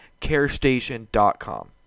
carestation.com